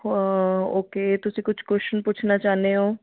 okay ਤੁਸੀਂ ਕੁਛ question ਪੁੱਛਣਾ ਚਾਹੁੰਦੇ ਹੋ